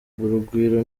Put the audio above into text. urugwiro